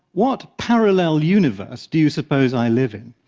what parallel universe do you suppose i live in?